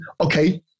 okay